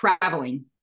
Traveling